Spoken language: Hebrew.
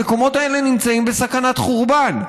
המקומות האלה נמצאים בסכנת חורבן.